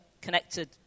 connected